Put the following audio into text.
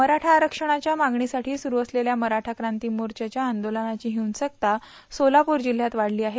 मराठा आरबणाच्या मागणीसाठी सुरू असलेल्या मराठा कांती मोर्चाच्या आंदोलनाची हिंसकता सोलापूर जिल्हयात वाढली आहे